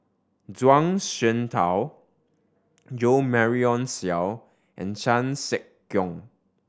Zhuang Shengtao Jo Marion Seow and Chan Sek Keong